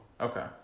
Okay